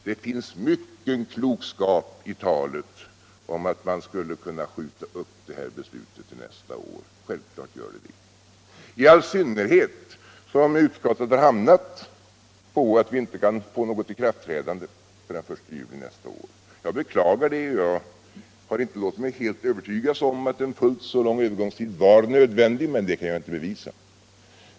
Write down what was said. Det finns mycken klokskap i talet att vi skulle kunna skjuta upp detta beslut till nästa år. Självklart gör det det — i all synnerhet som utskottet har kommit fram till att vi inte kan få något ikraftträdande förrän den 1 juli nästa år. Jag beklagar det, och jag har inte blivit helt övertygad om att en fullt så lång övergångstid är nödvändig, men det kan jag inte bevisa.